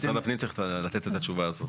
משרד הפנים צריך לתת את התשובה הזאת.